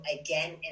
again